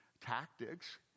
tactics